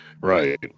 Right